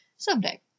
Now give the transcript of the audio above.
Someday